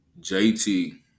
JT